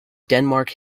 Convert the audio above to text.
denmark